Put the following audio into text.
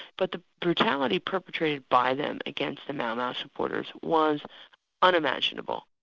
but the brutality perpetrated by them against the mau mau supporters was unimaginable.